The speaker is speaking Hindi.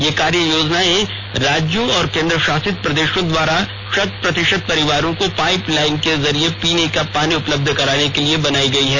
ये कार्य योजनाएं राज्यों और केन्द्र शासित प्रदेशों द्वारा शत प्रतिशत परिवारों को पाइप लाइनों के जरिए पीने का पानी उपलब्ध कराने के लिए बनायी गई हैं